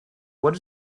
what